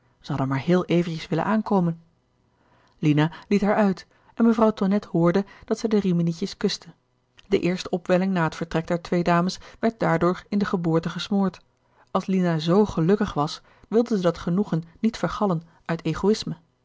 hadden maar heel eventjes willen aankomen lina liet haar uit en mevrouw tonnette hoorde dat zij de riminietjes kuste de eerste opwelling na het vertrek der twee dames werd daardoor in de geboorte gesmoord als lina z gelukkig was wilde zij dat genoegen niet vergallen uit egoïsme